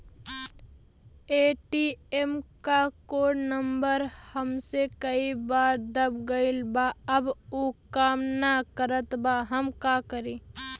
ATM क code number हमसे कई बार दब गईल बा अब उ काम ना करत बा हम का करी?